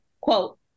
Quote